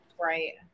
right